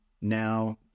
now